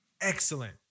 excellent